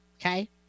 Okay